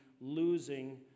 losing